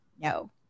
no